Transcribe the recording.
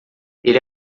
ele